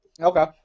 Okay